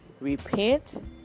repent